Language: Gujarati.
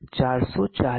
તે 0